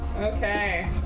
Okay